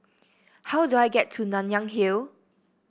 how do I get to Nanyang Hill